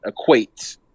equate